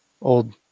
Old